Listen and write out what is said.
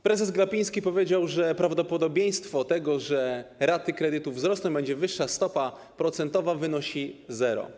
Prezes Glapiński powiedział, że prawdopodobieństwo tego, że raty kredytów wzrosną, będzie wyższa stopa procentowa, wynosi zero.